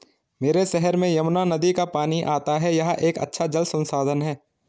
मेरे शहर में यमुना नदी का पानी आता है यह एक अच्छा जल संसाधन है